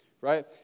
right